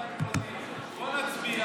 בוא נצביע,